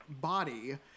body